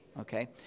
okay